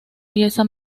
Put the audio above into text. pieza